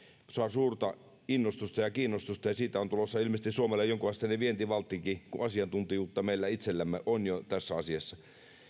suurta innostusta ja kiinnostusta ja siitä on tulossa ilmeisesti suomelle jonkunasteinen vientivalttikin kun asiantuntijuutta meillä itsellämme on jo tässä asiassa